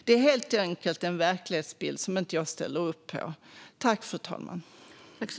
Det är helt enkelt en verklighetsbild som jag inte ställer upp på.